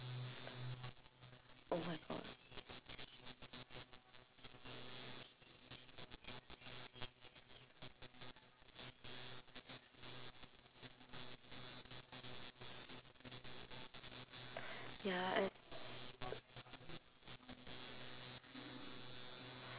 oh my god ya as